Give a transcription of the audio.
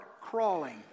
crawling